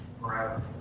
forever